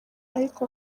ariko